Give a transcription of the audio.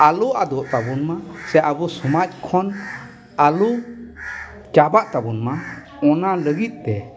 ᱟᱞᱚ ᱟᱫᱚᱜ ᱛᱟᱵᱚᱱ ᱢᱟ ᱥᱮ ᱟᱵᱚ ᱥᱚᱢᱟᱡᱽ ᱠᱷᱚᱱ ᱟᱞᱚ ᱪᱟᱵᱟᱜ ᱛᱟᱵᱚᱱ ᱢᱟ ᱚᱱᱟ ᱞᱟᱹᱜᱤᱫ ᱛᱮ